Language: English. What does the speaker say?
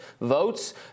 votes